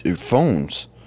Phones